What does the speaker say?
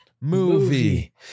movie